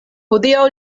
hodiaŭ